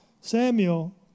Samuel